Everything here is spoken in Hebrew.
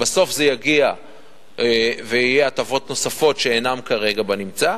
בסוף זה יגיע ויהיו הטבות נוספות שאינן כרגע בנמצא.